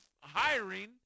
hiring